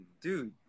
dude